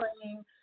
playing